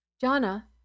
Jana